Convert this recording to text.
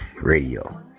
Radio